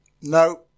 No